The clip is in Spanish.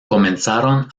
comenzaron